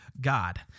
God